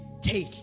take